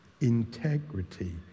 integrity